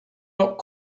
not